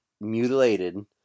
mutilated